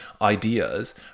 ideas